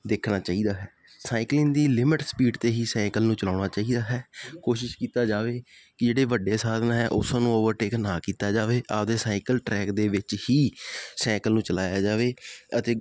ਦੇਖਣਾ ਚਾਹੀਦਾ ਹੈ ਸਾਈਕਲਿੰਗ ਦੀ ਲਿਮਿਟ ਸਪੀਡ 'ਤੇ ਹੀ ਸਾਈਕਲ ਨੂੰ ਚਲਾਉਣਾ ਚਾਹੀਦਾ ਹੈ ਕੋਸ਼ਿਸ਼ ਕੀਤਾ ਜਾਵੇ ਕਿ ਜਿਹੜੇ ਵੱਡੇ ਸਾਧਨ ਹੈ ਉਸਨੂੰ ਓਵਰਟੇਕ ਨਾ ਕੀਤਾ ਜਾਵੇ ਆਪਦੇ ਸਾਈਕਲ ਟਰੈਕ ਦੇ ਵਿੱਚ ਹੀ ਸਾਈਕਲ ਨੂੰ ਚਲਾਇਆ ਜਾਵੇ ਅਤੇ